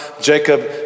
jacob